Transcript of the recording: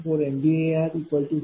आहे आणि QL4400 kVAr0